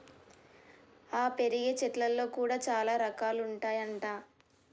ఆ పెరిగే చెట్లల్లో కూడా చాల రకాలు ఉంటాయి అంట